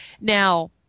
Now